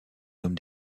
homme